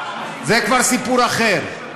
זה כבר סיפור אחר.